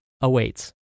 awaits